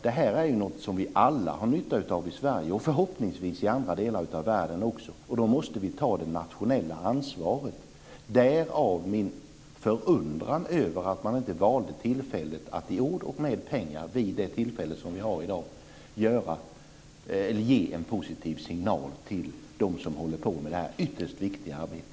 Det här är ju något som vi alla har nytta av i Sverige och förhoppningsvis också andra delar av världen. Då måste vi ta det nationella ansvaret. Därav min förundran över att man inte har valt att i ord och med pengar vid det tillfälle som vi har i dag ge en positiv signal till dem som håller på med detta ytterst viktiga arbete.